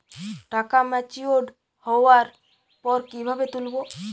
টাকা ম্যাচিওর্ড হওয়ার পর কিভাবে তুলব?